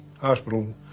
hospital